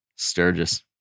Sturgis